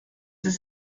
ist